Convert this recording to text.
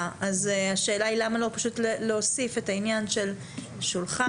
אז השאלה למה לא להוסיף את העניין של שולחן,